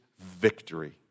victory